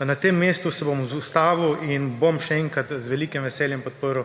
Na tem mestu se bom ustavil in bom še enkrat z velikim veseljem podprl